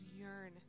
yearn